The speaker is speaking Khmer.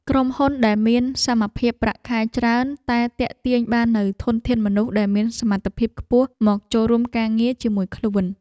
ក្រុមហ៊ុនដែលមានសមភាពប្រាក់ខែច្រើនតែទាក់ទាញបាននូវធនធានមនុស្សដែលមានសមត្ថភាពខ្ពស់មកចូលរួមការងារជាមួយខ្លួន។